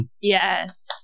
Yes